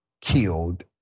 killed